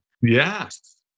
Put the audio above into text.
Yes